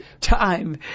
time